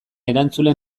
erantzule